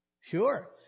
Sure